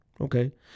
okay